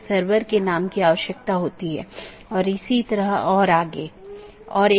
इसलिए एक multihome agent autonomous सिस्टमों के प्रतिबंधित सेट के लिए पारगमन कि तरह काम कर सकता है